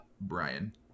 Brian